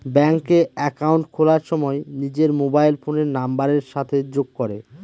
ব্যাঙ্কে একাউন্ট খোলার সময় নিজের মোবাইল ফোনের নাম্বারের সাথে যোগ করে